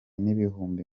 n’ibihumbi